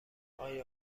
آیا